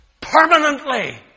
permanently